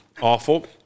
awful